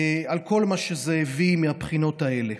על כל מה שזה הביא מהבחינות האלה.